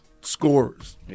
Scorers